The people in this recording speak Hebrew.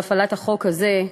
הפעלת החוק הזה,